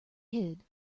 hid